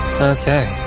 Okay